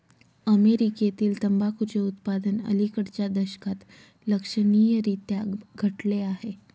अमेरीकेतील तंबाखूचे उत्पादन अलिकडच्या दशकात लक्षणीयरीत्या घटले आहे